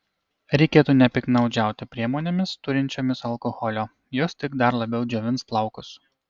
reikėtų nepiktnaudžiauti priemonėmis turinčiomis alkoholio jos tik dar labiau džiovins plaukus